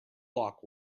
lock